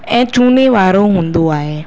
ऐं चूने वारो हूंदो आहे